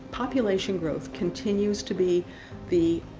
population growth continues to be the,